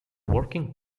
working